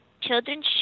children